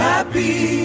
Happy